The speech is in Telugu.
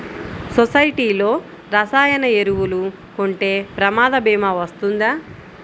సొసైటీలో రసాయన ఎరువులు కొంటే ప్రమాద భీమా వస్తుందా?